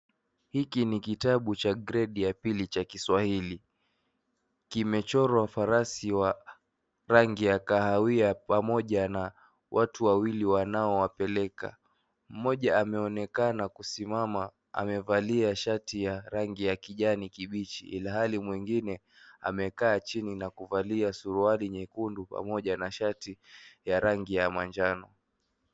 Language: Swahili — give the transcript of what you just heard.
Hiki ni kitabu cha gredi ya pili cha Kiswahili. Kimechorwa farasi wa rangi ya kahawia pamoja na watu wawili wanaowapeleka. Mmoja ameonekana kusimama, amevalia shati ya rangi ya kijani kibichi ilhali mwingine, amekaa chini na kuvalia suruali nyekundu pamoja na shati, ya rangi ya manjano.